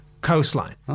coastline